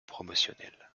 promotionnel